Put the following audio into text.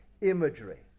imagery